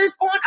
on